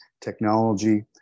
technology